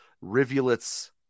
rivulets